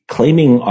Claiming